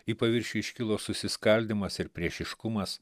į paviršių iškilo susiskaldymas ir priešiškumas